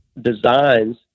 designs